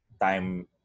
time